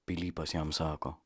pilypas jam sako